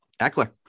Eckler